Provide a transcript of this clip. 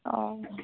অ